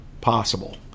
possible